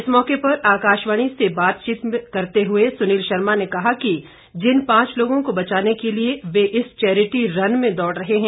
इस मौके पर आकाशवाणी से बातचीत करते हुए सुनील शर्मा ने कहा कि जिन पांच लोगों को बचाने के लिए वह इस चैरिटी रन में दौड़ रहे हैं